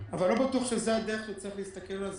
אבל לא בטוח שזו הדרך שבה צריך להסתכל על זה.